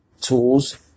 tools